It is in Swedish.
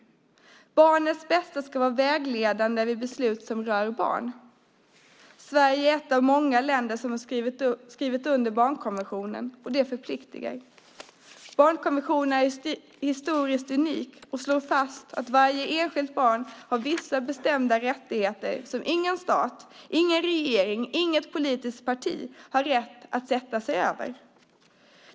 Barnets bästa ska vara vägledande vid beslut som rör barn. Sverige är ett av många länder som skrivit under barnkonventionen, och det förpliktar. Barnkonventionen är historiskt unik och slår fast att varje enskilt barn har vissa bestämda rättigheter som ingen stat, ingen regering, inget politiskt parti har rätt att sätta sig över.